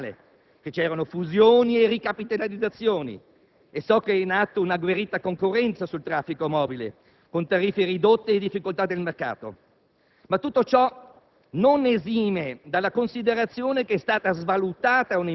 So che il mondo delle comunicazioni vive una trasformazione radicale. Cerano fusioni e ricapitalizzazioni e so che è in atto un'agguerrita concorrenza sul traffico mobile con tariffe ridotte e difficoltà sul mercato.